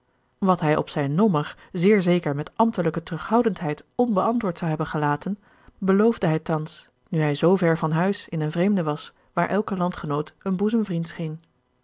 wat hij op zijn nommer zeer zeker met ambtelijke terughoudendheid onbeantwoord zou hebben gelaten beloofde hij thans nu hij zoo ver van huis in den vreemde was waar elke landgenoot een boezemvriend